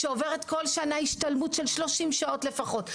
שעוברת כל שנה השתלמות של 30 שעות לפחות,